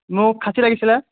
মোক খাচী লাগিছিল